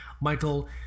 Michael